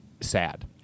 sad